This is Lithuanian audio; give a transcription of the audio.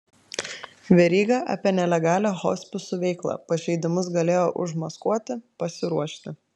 veryga apie nelegalią hospisų veiklą pažeidimus galėjo užmaskuoti pasiruošti